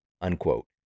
unquote